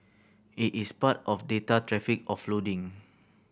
it is part of data traffic offloading